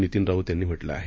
नितीन राऊत यांनी म्हटलं आहे